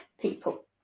people